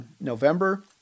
November